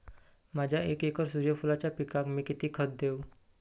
माझ्या एक एकर सूर्यफुलाच्या पिकाक मी किती खत देवू?